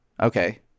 Okay